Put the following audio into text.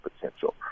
potential